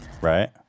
right